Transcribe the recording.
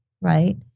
right